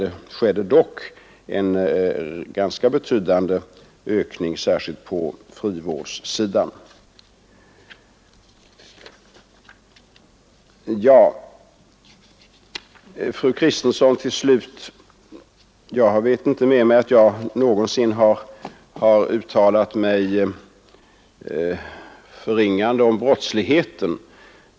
Det skedde dock en ganska betydande ökning, särskilt på frivårdssidan. Jag vet inte med mig, fru Kristensson, att jag någonsin har uttalat mig förringande om den förekommande brottsligheten.